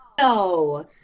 No